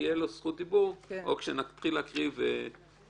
כשתהיה לו זכות דיבור או כשנתחיל לקרוא את הסעיפים,